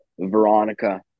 Veronica